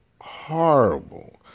horrible